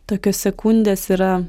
tokios sekundės yra